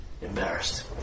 Embarrassed